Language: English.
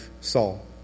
Saul